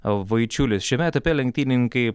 vaičiulis šiame etape lenktynininkai